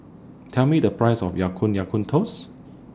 Tell Me The Price of Ya Kun Ya Kun Toast